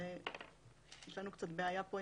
יש לנו כאן בעיה.